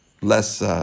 less